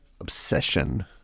obsession